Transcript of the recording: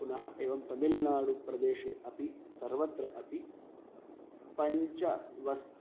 पुनः एवं तमिल्नाडुप्रदेशे अपि सर्वत्र अपि पञ्च वस्